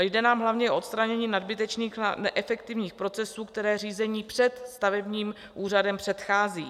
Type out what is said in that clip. Jde nám hlavně o odstranění nadbytečných neefektivních procesů, které řízení před stavebním úřadem předchází.